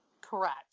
Correct